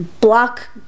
Block